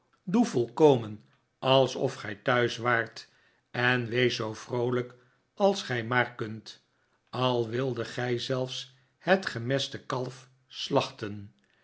doe volkomen alsof gij thuis waart en wees zoo vroolijk als gij maar kunt al wildet gij zelfs het gemeste kalf slachten